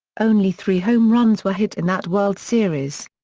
only three home runs were hit in that world series.